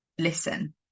listen